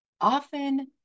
Often